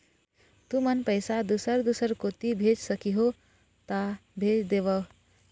तुमन पैसा दूसर दूसर कोती भेज सखीहो ता भेज देवव?